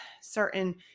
certain